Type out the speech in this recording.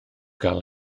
gael